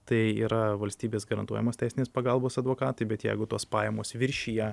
tai yra valstybės garantuojamos teisinės pagalbos advokatai bet jeigu tos pajamos viršija